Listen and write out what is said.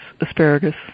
asparagus